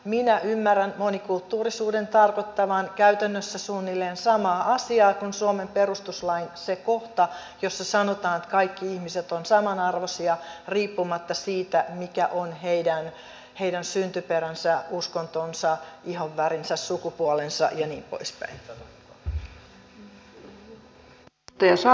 minä ymmärrän monikulttuurisuuden tarkoittavan käytännössä suunnilleen samaa asiaa kuin suomen perustuslain sen kohdan jossa sanotaan että kaikki ihmiset ovat samanarvoisia riippumatta siitä mikä on heidän syntyperänsä uskontonsa ihonvärinsä sukupuolensa ja niin poispäin